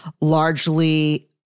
largely